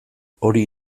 hori